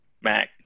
Mac